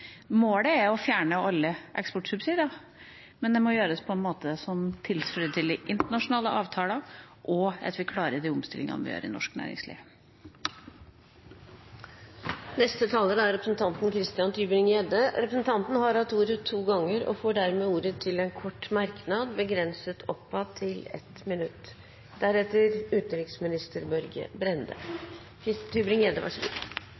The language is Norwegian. målet er å fjerne alle eksportsubsidier, men det må gjøres på en måte som tilfredsstiller internasjonale avtaler, og slik at vi klarer å omstille norsk næringsliv. Representanten Christian Tybring-Gjedde har hatt ordet to ganger tidligere og får ordet til en kort merknad, begrenset til 1 minutt.